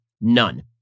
None